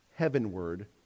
heavenward